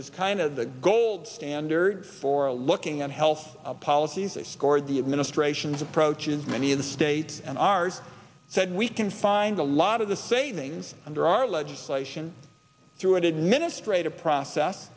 is kind of the gold standard for looking on health policies or scored the administration's approach is many of the states and ours said we can find a lot of the savings under our legislation through an administrative process